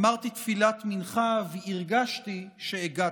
אמרתי תפילת מנחה, והגעתי.